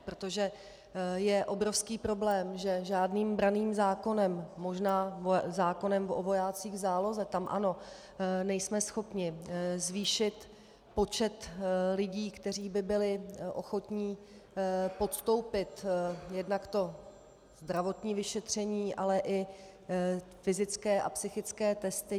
Protože je obrovský problém, že žádným branným zákonem, možná že zákonem o vojácích v záloze, tam ano, nejsme schopni zvýšit počet lidí, kteří by byli ochotni podstoupit jednak to zdravotní vyšetření, ale i fyzické a psychické testy.